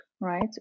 right